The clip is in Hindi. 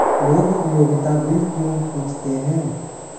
लोग उपयोगिता बिल क्यों पूछते हैं?